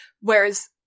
Whereas